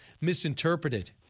misinterpreted